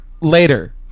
later